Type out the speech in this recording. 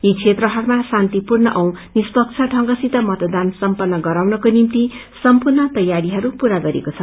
यी क्षेत्रहरूमा शान्तिपूर्ण औ निष्पक्ष ढंगसित मतदान सम्पन्न गराउनको निम्ति सम्पूग्र तैयारीहरू पूरा गरिएको छ